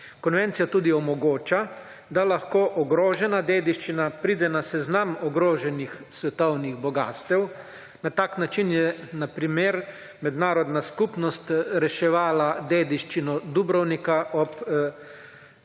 Konvencija tudi omogoča, da lahko ogrožena dediščina pride na seznam ogroženih svetovnih bogastev. Na tak način je, na primer, mednarodna skupnost reševala dediščino Dubrovnika zaradi